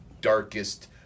darkest